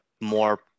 more